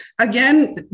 Again